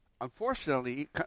Unfortunately